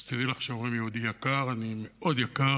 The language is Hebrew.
אז תדעי לך שאומרים "יהודי יקר" אני מאוד יקר,